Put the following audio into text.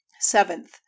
Seventh